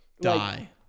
Die